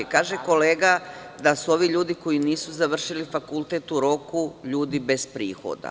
Kaže kolega da su ovi ljudi koji nisu završili fakultet u roku ljudi bez prihoda.